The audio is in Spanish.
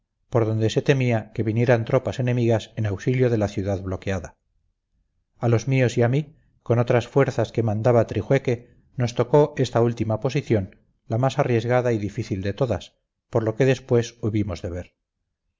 por donde se temía que vinieran tropas enemigas en auxilio de la ciudad bloqueada a los míos y a mí con otras fuerzas que mandaba trijueque nos tocó esta última posición la más arriesgada y difícil de todas por lo que después hubimos de